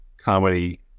comedy